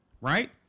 right